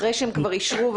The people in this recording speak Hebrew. אחרי שהם כבר אישרו,